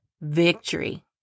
victory